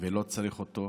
לא צריך אותו,